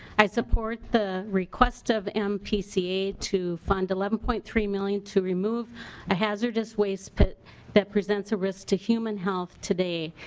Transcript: i support the request of mpca to fund eleven point three million to remove ah hazardous waste that presents a risk to human health today.